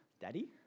Daddy